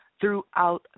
throughout